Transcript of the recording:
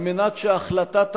כדי שהחלטת העם,